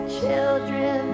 children